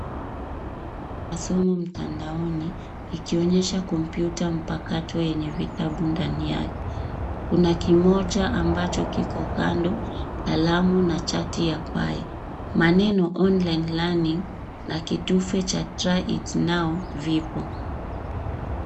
Masomo mtandaoni, ikionyesha kompyuta mpakato yenye vitabu ndani yake. Kuna kimoja ambacho kiko kando, kalamu na chati ya pie . Maneno online learning na kitufe cha try it now vipo.